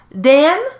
dan